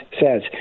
says